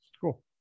Cool